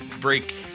break